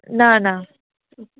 न न